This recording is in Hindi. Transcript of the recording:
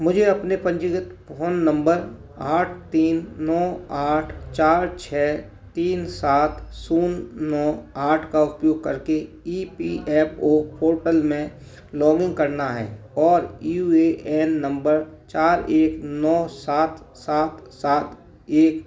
मुझे अपने पंजीकृत फ़ोन नम्बर आठ तीन नौ आठ चार छः तीन सात शून्य नौ आठ का उपयोग करके E P F O portal में लॉगिन करना है और यू ए एन नम्बर चार एक नौ सात सात सात एक